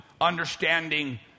understanding